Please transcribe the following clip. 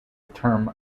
term